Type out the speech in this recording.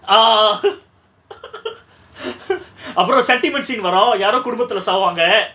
ah அப்ரோ:apro sentiment scene வரு யாரோ குடும்பத்துல சாவாங்க:varu yaaro kudumbathula saavanga